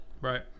right